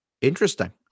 Interesting